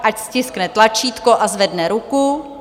Ať stiskne tlačítko a zvedne ruku.